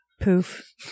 Poof